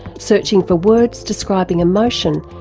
searching for words describing emotion,